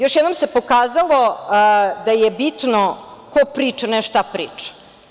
Još jednom se pokazalo da je bitno ko priča a ne šta priča.